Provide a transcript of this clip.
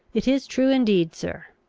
it is true indeed, sir.